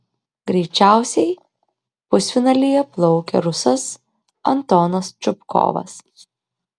greičiausiai pusfinalyje plaukė rusas antonas čupkovas